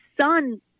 son